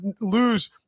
lose